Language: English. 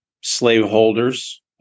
slaveholders